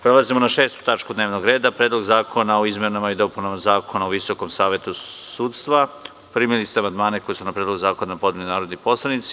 Prelazimo na šestu tačku dnevnog reda – PREDLOG ZAKONA O IZMENAMA I DOPUNAMA ZAKONA O VISOKOM SAVETU SUDSTVA Primili ste amandmane koje su na Predlog zakona podneli narodni poslanici.